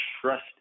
trust